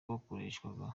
bakoreshwaga